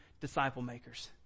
disciple-makers